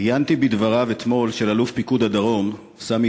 עיינתי בדבריו של אלוף פיקוד הדרום סמי